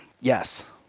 Yes